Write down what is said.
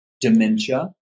dementia